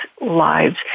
lives